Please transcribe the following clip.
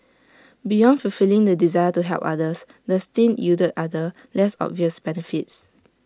beyond fulfilling the desire to help others this stint yielded other less obvious benefits